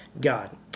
God